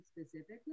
specifically